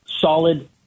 solid